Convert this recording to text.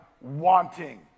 wanting